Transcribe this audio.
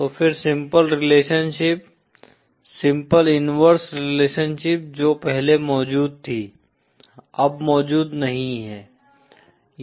तो फिर simple relationship simple inverse relationship जो पहले मौजूद थी अब मौजूद नहीं है